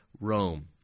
Rome